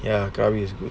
ya krabi is good